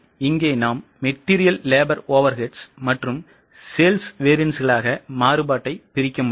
எனவே இங்கே நாம் material labor overheads மற்றும் sales variances களாக மாறுபாட்டை பிரிக்க முடியும்